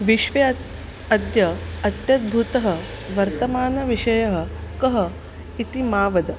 विश्वे अतः अद्य अत्यद्भुतः वर्तमानविषयः कः इति मा वद